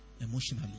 emotionally